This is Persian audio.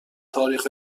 تاریخ